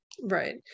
Right